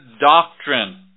doctrine